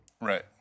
Right